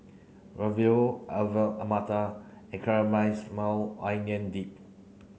Alu Matar and Onion Dip